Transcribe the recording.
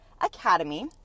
Academy